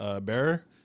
Bearer